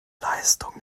leistung